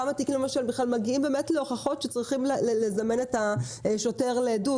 כמה תיקים מגיעים להוכחות שצריכים לזמן את השוטר לעדות.